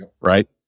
Right